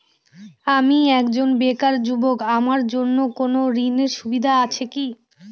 আমি একজন বেকার যুবক আমার জন্য কোন ঋণের সুবিধা আছে কি?